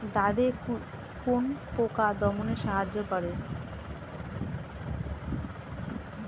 দাদেকি কোন পোকা দমনে সাহায্য করে?